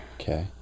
Okay